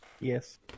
Yes